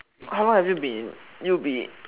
how long have you been in U_B